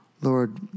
Lord